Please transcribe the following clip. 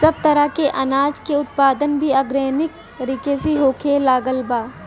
सब तरह के अनाज के उत्पादन भी आर्गेनिक तरीका से होखे लागल बा